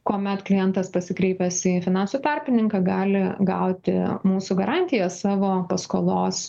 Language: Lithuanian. kuomet klientas pasikreipęs į finansų tarpininką gali gauti mūsų garantiją savo paskolos